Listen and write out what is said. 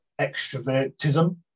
extrovertism